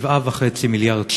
7.5 מיליארד שקל, תודה.